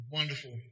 wonderful